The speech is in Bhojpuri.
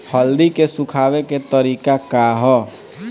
हल्दी के सुखावे के का तरीका ह?